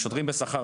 שוטרים בשכר,